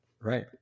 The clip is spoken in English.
Right